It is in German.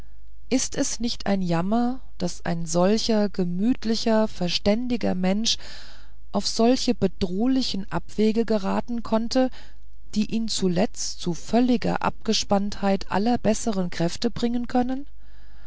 ist es nicht ein jammer daß ein solcher gemütlicher verständiger mensch auf solche bedrohliche abwege geraten konnte die ihn zuletzt zu völliger abgespanntheit aller bessern kräfte bringen können